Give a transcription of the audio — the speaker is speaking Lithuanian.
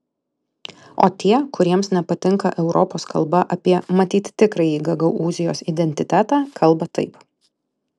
o tie kuriems nepatinka europos kalba apie matyt tikrąjį gagaūzijos identitetą kalba taip